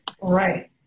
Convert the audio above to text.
Right